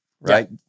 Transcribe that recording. right